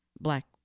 Black